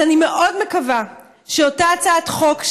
אז אני מאוד מקווה שאותה הצעת חוק,